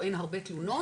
או אין הרבה תלונות,